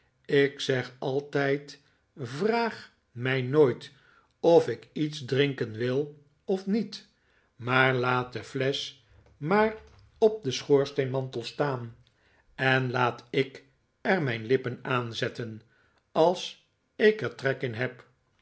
ik zeg altijd vraag mij nooit of ik iets drinken wil of niet maar laat de flesch maar op den schoorsteenmantel staan en laat ik er mijn lippen aanzetten als ik er trek in heb